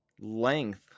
length